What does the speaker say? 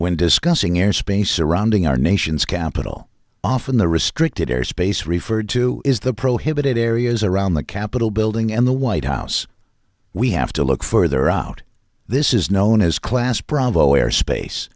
when discussing airspace surrounding our nation's capital often the restricted airspace referred to is the prohibited areas around the capitol building and the white house we have to look further out this is known as class bravo airspace